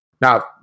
Now